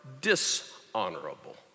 dishonorable